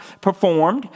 performed